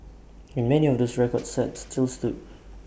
and many of those records set still stood